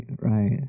right